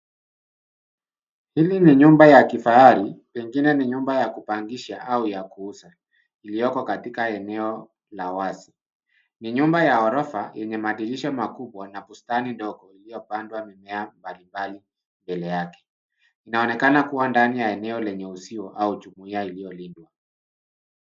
Hili ni nyumba ya kifahari, pengine ni nyumba ya kupangisha au ya kuuza, iliyoko katika eneo la wazi. Ni nyumba ya ghorofa yenye madirisha makubwa na bustani ndogo iliyopandwa mimea mbalimbali mbele yake. Inaonekana kuwa ndani ya eneo lenye uzio au jumuia iliyolindwa.